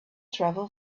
travel